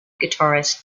guitarist